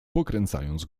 pokręcając